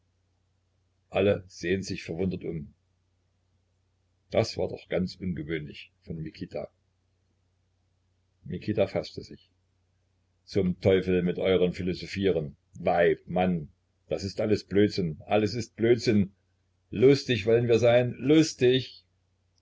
alle sehen sich verwundert um das war doch ganz ungewöhnlich von mikita mikita faßte sich zum teufel mit eurem philosophieren weib mann das ist alles blödsinn alles ist blödsinn lustig wollen wir sein lustig